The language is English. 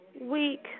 week